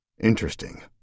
Interesting